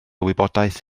wybodaeth